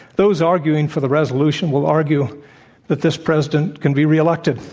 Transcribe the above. those arguing for the resolution will argue that this president can be re-elected.